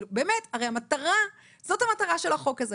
הרי באמת, זאת המטרה של החוק הזה.